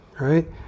right